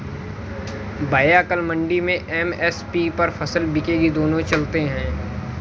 भैया कल मंडी में एम.एस.पी पर फसल बिकेगी दोनों चलते हैं